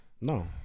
No